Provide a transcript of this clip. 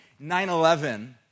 9/11